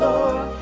Lord